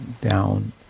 down